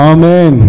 Amen